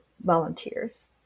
volunteers